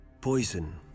Poison